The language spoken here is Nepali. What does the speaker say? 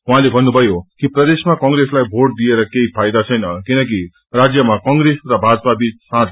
उहाँले भन्नुषयो कि प्रदेशमा कंप्रेसलाई भोट दिएर केही फााइदा छैन किनकि राज्यम कंग्रेस र भाजपाबीच साँठगाँठ छ